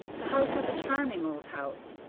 the house is a charming old house,